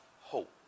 hope